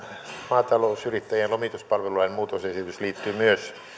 maatalousyrittäjien lomituspalvelulain muutosesitys liittyy myös